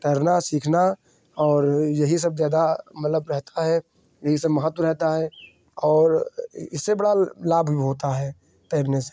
तैरना सीखना और यही सब ज़्यादा मतलब रहता है यही सब महत्व रहता है और इससे बड़ा लाभ भी होता है तैरने से